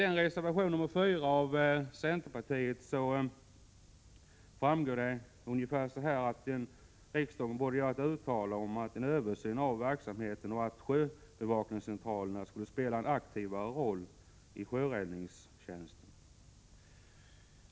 I reservation 4, som avgivits av företrädare för centerpartiet, sägs det att riksdagen borde göra ett uttalande om att det skall ske en översyn av verksamheten och att sjöbevakningscentralerna skulle spela en aktivare roll i sjöräddningstjänsten.